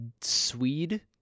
Swede